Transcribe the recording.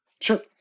Sure